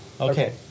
okay